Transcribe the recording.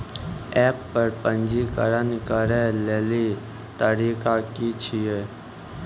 App पर पंजीकरण करै लेली तरीका की छियै?